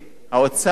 לא זרק אותי.